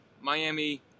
Miami